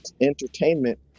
entertainment